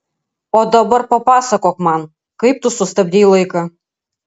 o dabar papasakok man kaip tu sustabdei laiką